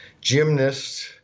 gymnast –